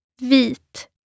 Vit